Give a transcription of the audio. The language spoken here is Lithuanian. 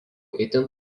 itin